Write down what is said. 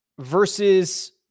Versus